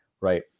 right